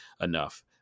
enough